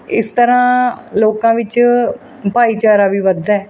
ਇਸ ਤਰ੍ਹਾਂ ਲੋਕਾਂ ਵਿੱਚ ਭਾਈਚਾਰਾ ਵੀ ਵੱਧਦਾ